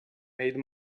made